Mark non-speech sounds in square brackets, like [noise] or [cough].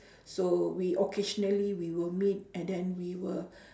[breath] so we occasionally we will meet and then we will